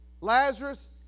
Lazarus